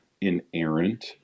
inerrant